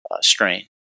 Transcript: Strain